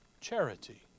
charity